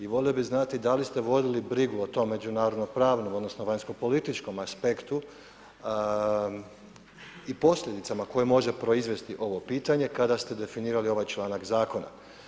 I volio bih znati da li ste vodili brigu o tom međunarodno pravnom odnosno vanjskopolitičkom aspektu i posljedicama koje može proizvesti ovo pitanje kada ste definirali ovaj članak zakona.